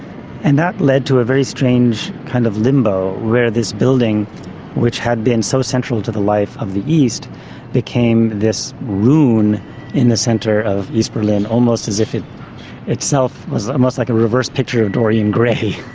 and that led to a very strange kind of limbo where this building which had been so central to the life of the east became this ruin in the centre of east berlin, almost as if it itself was almost like a reverse picture of dorian gray.